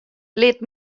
lit